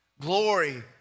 glory